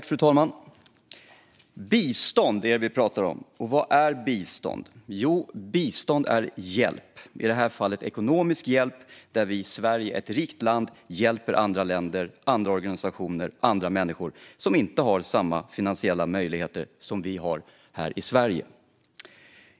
Fru talman! Vi talar om bistånd. Vad är bistånd? Jo, bistånd är hjälp. I det här fallet är det en ekonomisk hjälp där vi - Sverige, ett rikt land - hjälper andra länder, andra organisationer och andra människor, som inte har samma finansiella möjligheter som vi har här i Sverige.